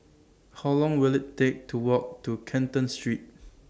How Long Will IT Take to Walk to Canton Street